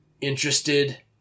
interested